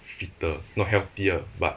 fitter not healthier but